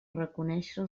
reconèixer